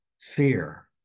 fear